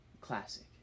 Classic